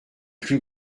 plus